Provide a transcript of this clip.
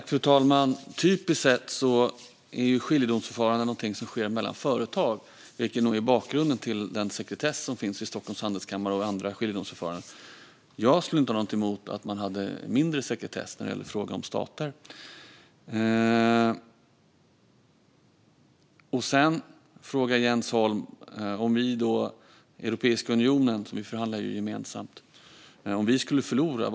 Fru talman! Typiskt sett är skiljedomsförfaranden något som sker mellan företag, vilket förmodligen är bakgrunden till den sekretess som finns vid Stockholms Handelskammare och andra skiljedomsförfaranden. Jag skulle inte ha något emot om det var mindre sekretess när det gäller frågor där stater är inblandade. Jens Holm frågade vad som skulle hända om Europeiska unionen - vi förhandlar ju gemensamt - förlorar.